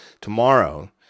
tomorrow